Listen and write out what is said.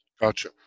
Gotcha